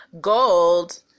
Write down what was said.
Gold